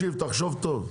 תקשיב, תחשוב טוב.